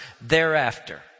thereafter